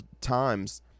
times